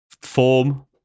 Form